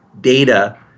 data